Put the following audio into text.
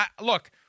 Look